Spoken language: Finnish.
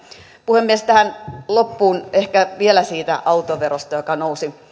puhemies tähän loppuun ehkä vielä siitä autoverosta joka nousi